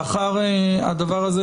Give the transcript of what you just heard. לאחר הדבר הזה,